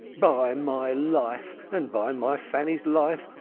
by my life, and by my fanny's life,